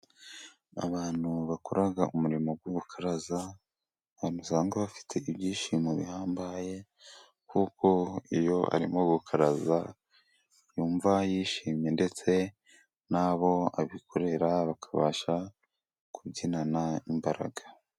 Abantu bakora umurimo w'ubukaraza ni abantu usanga bafite ibyishimo bihambaye, kuko iyo arimo gukaraza yumva yishimye, ndetse nabo abikorera bakabasha kubyinana imbaraga.